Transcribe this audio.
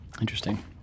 Interesting